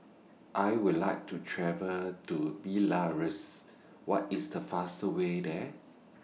I Would like to travel to Belarus What IS The fastest Way There